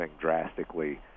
drastically